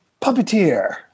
puppeteer